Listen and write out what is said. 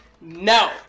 no